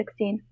2016